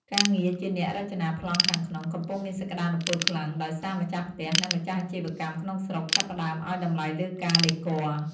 ការងារជាអ្នករចនាប្លង់ខាងក្នុង កំពុងមានសក្ដានុពលខ្លាំង ដោយសារម្ចាស់ផ្ទះ និងម្ចាស់អាជីវកម្មក្នុងស្រុក ចាប់ផ្ដើមឱ្យតម្លៃលើការដេគ័រ។